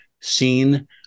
seen